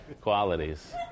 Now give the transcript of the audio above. qualities